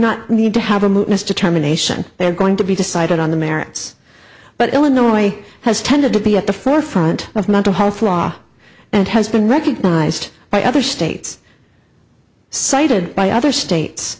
not need to have a move mr terminations they are going to be decided on the merits but illinois has tended to be at the forefront of mental health law and has been recognized by other states cited by other states